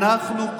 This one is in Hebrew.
אנחנו,